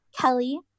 Kelly